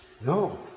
No